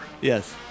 yes